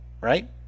Right